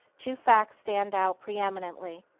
two facts stand out pre-eminently.